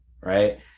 right